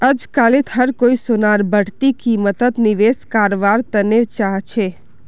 अजकालित हर कोई सोनार बढ़ती कीमतत निवेश कारवार तने चाहछै